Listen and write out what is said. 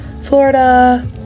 Florida